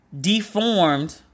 deformed